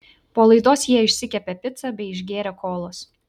po laidos jie išsikepė picą bei išgėrė kolos